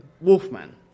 Wolfman